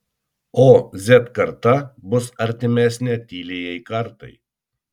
o z karta bus artimesnė tyliajai kartai